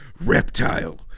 Reptile